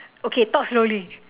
okay talk slowly